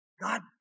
God